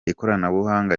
ikoranabuhanga